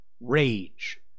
rage